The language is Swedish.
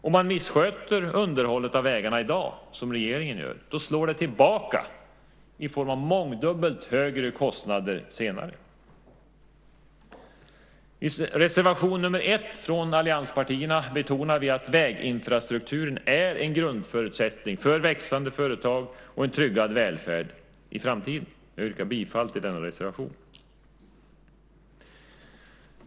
Om man missköter underhållet av vägarna i dag, som regeringen gör, slår det tillbaka i form av mångdubbelt högre kostnader senare. I reservation nr 1 från allianspartierna betonar vi att väginfrastrukturen är en grundförutsättning för växande företag och en tryggad välfärd i framtiden. Jag yrkar bifall till denna reservation.